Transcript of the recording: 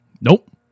Nope